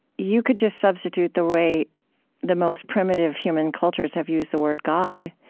you could just substitute the way the most primitive human cultures have used the word god,